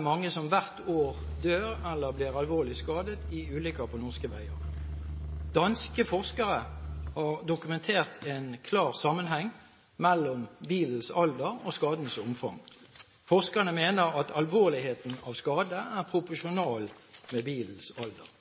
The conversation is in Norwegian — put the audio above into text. mange som hvert år dør eller blir alvorlig skadet i ulykker på norske veier. Danske forskere har dokumentert en klar sammenheng mellom bilens alder og skadens omfang. Forskerne mener alvorligheten av skade er proporsjonal med bilens alder.